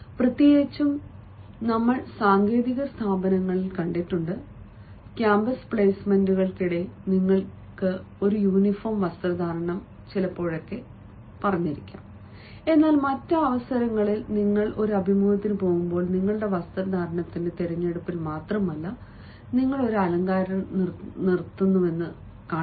പ്രത്യേകിച്ചും ഞങ്ങൾ സാങ്കേതിക സ്ഥാപനങ്ങളിൽ കണ്ടിട്ടുണ്ട് പ്രത്യേകിച്ചും ക്യാമ്പസ് പ്ലെയ്സ്മെന്റുകൾക്കിടയിൽ നിങ്ങൾക്ക് ഒരു യൂണിഫോം വസ്ത്രധാരണം ലഭിച്ചു എന്നാൽ മറ്റ് അവസരങ്ങളിൽ നിങ്ങൾ ഒരു അഭിമുഖത്തിന് പോകുമ്പോൾ നിങ്ങളുടെ വസ്ത്രധാരണത്തിന്റെ തിരഞ്ഞെടുപ്പിൽ മാത്രമല്ല നിങ്ങൾ ഒരു അലങ്കാരം നിലനിർത്തുന്നുവെന്ന് കാണുക